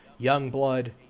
Youngblood